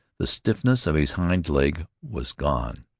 the stiffness of his hind leg was gone.